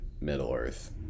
Middle-earth